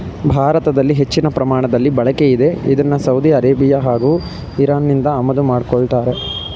ಭಾರತದಲ್ಲಿ ಹೆಚ್ಚಿನ ಪ್ರಮಾಣದಲ್ಲಿ ಬಳಕೆಯಿದೆ ಇದ್ನ ಸೌದಿ ಅರೇಬಿಯಾ ಹಾಗೂ ಇರಾನ್ನಿಂದ ಆಮದು ಮಾಡ್ಕೋತಾರೆ